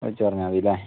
വിളിച്ച് പറഞ്ഞാൽ മതി അല്ലെ